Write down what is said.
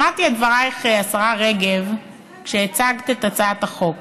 שמעתי את דברייך, השרה רגב, כשהצגת את הצעת החוק,